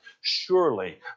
Surely